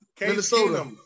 Minnesota